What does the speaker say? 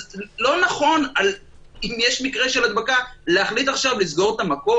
אז לא נכון אם יש מקרה של הדבקה להחליט עכשיו לסגור את המקום.